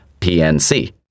PNC